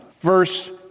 verse